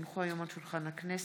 כי הונחו היום על שולחן הכנסת,